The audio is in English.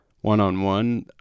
one-on-one